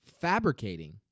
fabricating